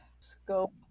scope